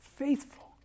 Faithful